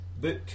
book